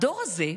הדור הזה,